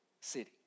city